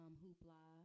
hoopla